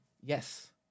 yes